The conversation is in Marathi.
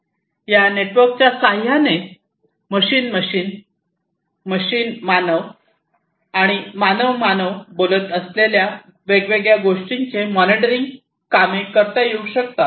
या नेटवर्कच्या सहाय्याने मशीन मशीन मानव आणि माणसांशी बोलत असलेल्या वेगवेगळ्या गोष्टींचे मॉनिटरींग कामे करता येऊ शकतात